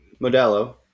Modelo